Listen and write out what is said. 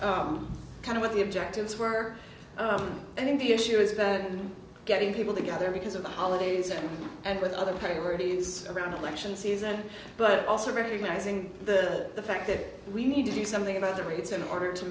this kind of what the objectives were i think the issue is getting people together because of the holidays and with other priorities around election season but also recognizing the fact that we need to do something about the rates in order to